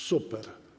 Super.